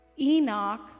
Enoch